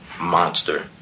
monster